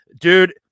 dude